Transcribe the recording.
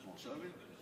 אתה מרשה לי?